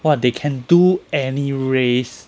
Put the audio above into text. !wah! they can do any race